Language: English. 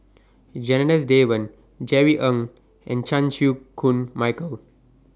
Janadas Devan Jerry Ng and Chan Chew Koon Michael